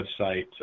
website